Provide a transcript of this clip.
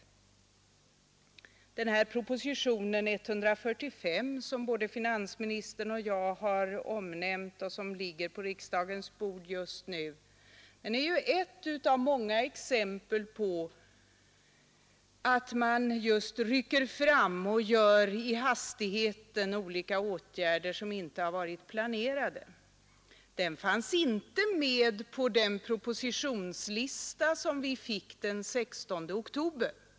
Propositionen 145, som både finansministern och jag omnämnt och som ligger på riksdagens bord just nu, är ett av många exempel på att man rycker fram och i hastigheten vidtar olika åtgärder, som inte varit planerade. Den fanns inte med på den propositionslista som vi fick den 16 oktober.